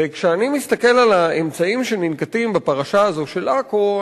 וכשאני מסתכל על האמצעים שננקטים בפרשה הזאת של עכו,